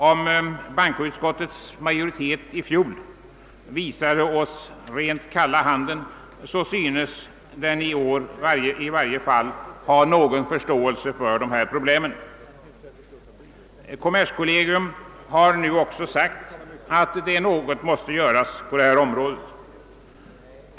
Om bankoutskottets majoritet i fjol vinkade med kalla handen, synes den i år visa åtminstone någon förståelse för dessa problem. Också kommerskollegium har nu sagt att något måste göras på detta område.